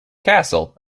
castle